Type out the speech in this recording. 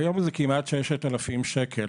כיום זה כמעט 6,000 שקלים.